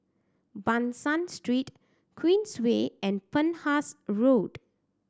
Ban San Street Queensway and Penhas Road